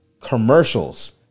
commercials